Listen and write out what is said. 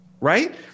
right